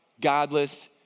godless